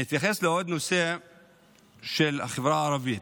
אני אתייחס לעוד נושא של החברה הערבית.